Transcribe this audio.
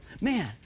Man